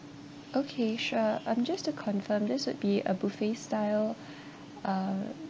okay sure um just to confirm this would be a buffet style uh